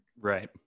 Right